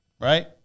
Right